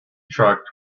track